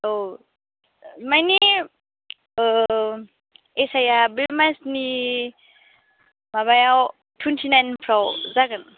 औ मानि एसआइआ बे मासनि माबायाव टुयेनटिनाइनफ्राव जागोन